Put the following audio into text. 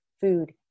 food